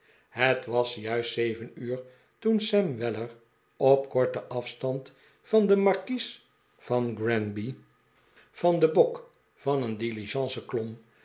het was juist zeve'n uur toen sam welier op korten afstand van de markies van granby van den bok van een diligence klom